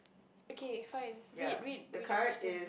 okay fine read read read the question